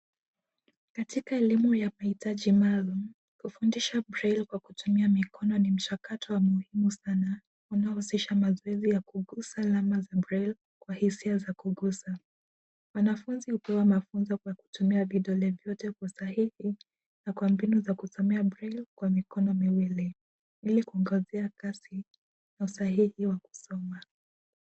Katika elimu ya mahitaji maluum hufundisha braille kutumia mikono ni mchakato wa muhimu sana unaohusisha mazoezi ya kuguza alama za braille kwa hisia za kugusa ,mwanafunzi hupewa mafunzo kwa kutumia vidole vyote kwa usahihi na kwa mbinu za kusomea bingu kwa mikono miwili ili kuwa kasi na kwa usahihi wa kusoma.